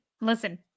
Listen